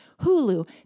Hulu